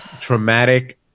traumatic